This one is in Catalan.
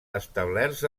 establerts